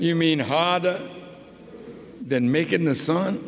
you mean harder than making the sun